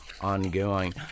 ongoing